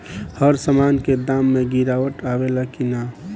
हर सामन के दाम मे गीरावट आवेला कि न?